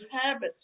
habits